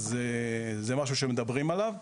אז זה משהו שמדברים עליו.